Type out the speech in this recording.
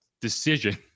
decision